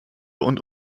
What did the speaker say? und